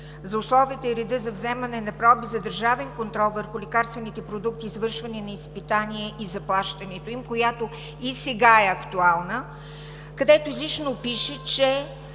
за условията и реда за вземане на проби за държавен контрол върху лекарствените продукти, извършване на изпитванията и заплащането им, която и сега е актуална, където изрично пише: